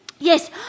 Yes